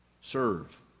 serve